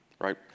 right